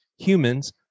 humans